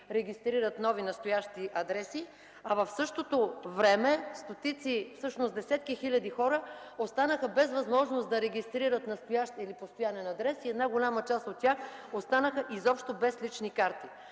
регистрират нови настоящи адреси. В същото време десетки хиляди хора останаха без възможност да регистрират настоящ или постоянен адрес и голяма част от тях останаха без лични карти.